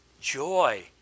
joy